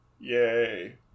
yay